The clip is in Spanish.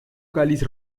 cáliz